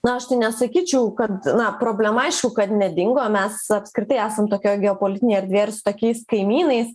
na aš tai nesakyčiau kad na problema aišku kad nedingo mes apskritai esam tokioj geopolitinėj erdvėj ir su tokiais kaimynais